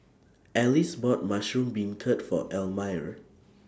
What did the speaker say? Alyce bought Mushroom Beancurd For Elmire